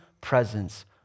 presence